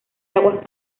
aguas